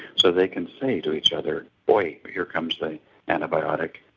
so they can say to each other, boy, here comes the antibiotic,